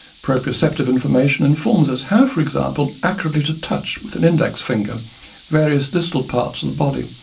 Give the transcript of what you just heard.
proprioceptive information informs us how, for example, accurately to touch with an index finger various distal parts of the body,